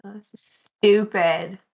stupid